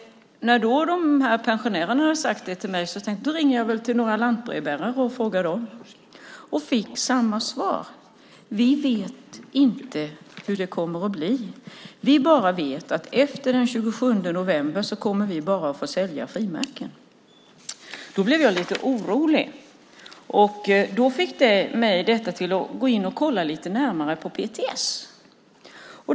När pensionärerna hade sagt detta till mig ringde jag till några lantbrevbärare och frågade dem. Jag fick samma svar: Vi vet inte hur det kommer att bli. Vi vet bara att efter den 27 november kommer vi bara att få sälja frimärken. Då blev jag lite orolig, och detta fick mig att gå in och kolla lite närmare på PTS.